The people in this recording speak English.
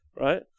right